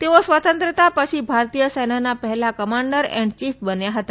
તેઓ સ્વતંત્રતા પછી ભારતીય સેનાના પહેલાં કમાન્ડર એન્ડ ચીફ બન્યા હતા